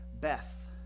Beth